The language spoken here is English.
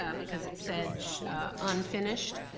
yeah because it said unfinished,